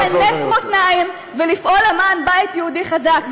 ועכשיו כולנו חייבים לשנס מותניים ולפעול למען בית יהודי חזק.